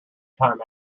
time